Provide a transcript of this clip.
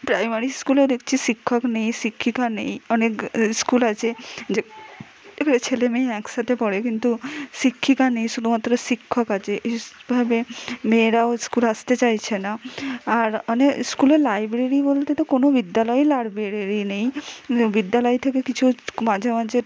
primary স্কুলেও দেখছি শিক্ষক নেই শিক্ষিকা নেই অনেক স্কুল আছে যে এবারে ছেলে মেয়ে একসাথে পড়ে কিন্তু শিক্ষিকা নেই শুধুমাত্র শিক্ষক আছে এইসভাবে মেয়েরাও স্কুল আসতে চাইছে না আর অনেক স্কুলে লাইব্রেরি বলতে তো কোনো বিদ্যালয়েই লাইব্রেরি নেই বিদ্যালয় থেকে কিছু মাঝে মাঝে